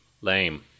Lame